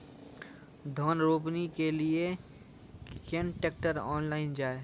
धान रोपनी के लिए केन ट्रैक्टर ऑनलाइन जाए?